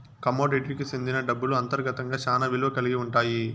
కమోడిటీకి సెందిన డబ్బులు అంతర్గతంగా శ్యానా విలువ కల్గి ఉంటాయి